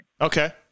okay